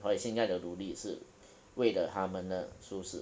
所以现在的努力是为了他们的舒适